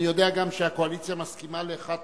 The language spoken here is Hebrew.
אני יודע גם שהקואליציה מסכימה לאחת